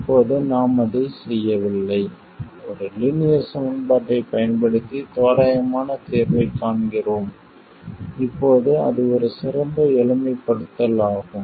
இப்போது நாம் அதைச் செய்யவில்லை ஒரு லீனியர் சமன்பாட்டைப் பயன்படுத்தி தோராயமான தீர்வைக் காண்கிறோம் இப்போது அது ஒரு சிறந்த எளிமைப்படுத்தல் ஆகும்